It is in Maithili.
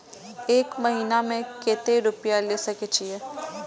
एक महीना में केते रूपया ले सके छिए?